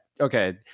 okay-